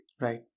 right